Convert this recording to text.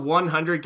100